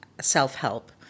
self-help